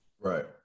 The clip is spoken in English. Right